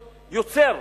יוצר,